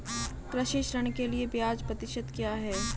कृषि ऋण के लिए ब्याज प्रतिशत क्या है?